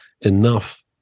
enough